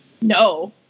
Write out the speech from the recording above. No